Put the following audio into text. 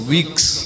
Weeks